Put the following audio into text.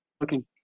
looking